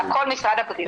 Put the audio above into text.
זה הכל משרד הבריאות.